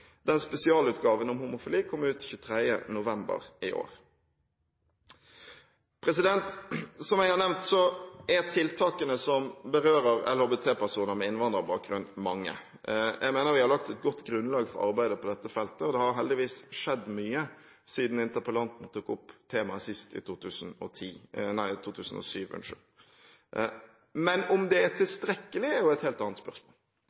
Spesialutgaven om homofili kom ut 23. november i år. Som nevnt er tiltakene som berører LHBT-personer med innvandrerbakgrunn, mange. Jeg mener vi har lagt et godt grunnlag for arbeidet på dette feltet, og det har heldigvis skjedd mye siden interpellanten tok opp temaet sist, i 2007 – men om det er tilstrekkelig, er et helt annet spørsmål.